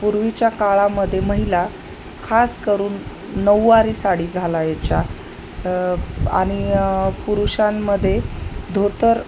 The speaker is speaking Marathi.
पूर्वीच्या काळामध्ये महिला खास करून नऊवारी साडी घालायच्या आणि पुरुषांमध्ये धोतर